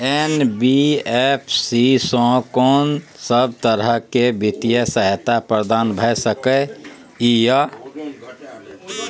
NBFC स कोन सब तरह के वित्तीय सहायता प्रदान भ सके इ? इ